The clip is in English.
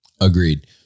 Agreed